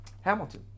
Hamilton